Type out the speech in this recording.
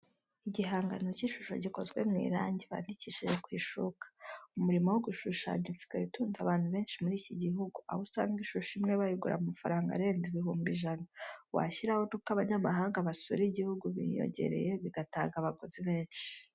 Igihangano cy'ishusho gikozwe mu irangi bandikishije ku ishuka. Umurimo wo gushushanya usigaye utunze abantu benshi muri iki gihugu, aho usanga ishusho imwe bayigura amafaranga arenze ibihumbi ijana, washyiraho nuko abanyamahanga basura igihugu biyongereye bigatanga abaguzi benshi.